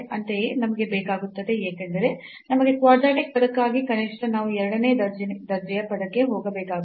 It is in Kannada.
ಅಂತೆಯೇ ನಮಗೆ ಬೇಕಾಗುತ್ತದೆ ಏಕೆಂದರೆ ನಮಗೆ ಕ್ವಾಡ್ರಾಟಿಕ್ ಪದಕ್ಕಾಗಿ ಕನಿಷ್ಠ ನಾವು ಎರಡನೇ ದರ್ಜೆಯ ಪದಕ್ಕೆ ಹೋಗಬೇಕಾಗುತ್ತದೆ